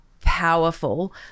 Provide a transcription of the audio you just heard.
powerful